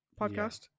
podcast